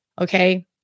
Okay